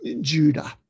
Judah